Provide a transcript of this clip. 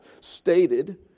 stated